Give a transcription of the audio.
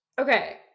Okay